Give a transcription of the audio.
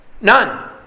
None